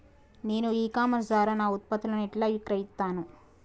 నేను e commerce ద్వారా నా ఉత్పత్తులను ఎట్లా విక్రయిత్తను?